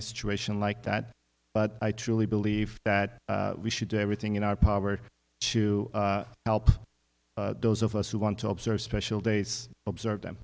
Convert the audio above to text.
a situation like that but i truly believe that we should do everything in our power to help those of us who want to observe special days observe them